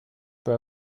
peux